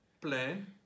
plan